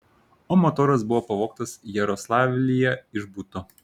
o motoras buvo pavogtas jaroslavlyje iš buto